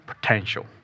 potential